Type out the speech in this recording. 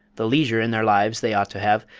the leisure in their lives they ought to have,